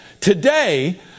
today